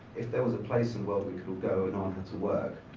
if there was a place and where we could go in order to work,